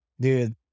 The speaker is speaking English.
Dude